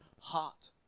heart